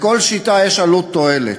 לכל שיטה יש עלות תועלת.